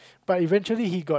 but eventually he got